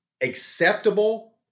acceptable